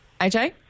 AJ